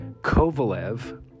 Kovalev